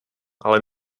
ale